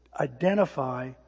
identify